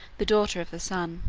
the daughter of the sun.